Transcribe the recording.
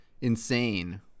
insane